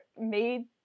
made